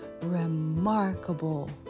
Remarkable